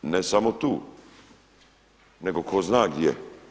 Ne samo tu nego ko zna gdje.